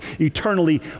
eternally